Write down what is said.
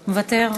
מוותר?